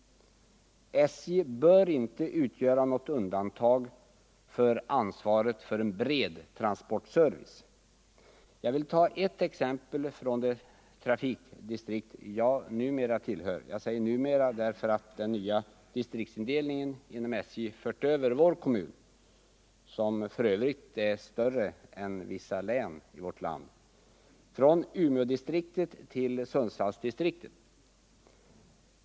SJ bör inte utgöra något undantag när det gäller att bära ansvaret för en bred transportservice. Jag vill ta ett exempel från det trafikdistrikt jag numera tillhör. Jag säger numera, därför att den nya distriktsindelningen inom SJ fört över vår kommun, som för övrigt är större än vissa län i vårt land, från Umeådistriktet till Sundsvallsdistriktet.